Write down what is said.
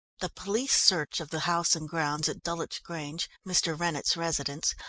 the police search of the house and grounds at dulwich grange, mr. rennett's residence,